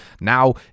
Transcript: now